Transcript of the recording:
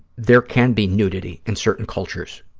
there can be nudity in certain cultures,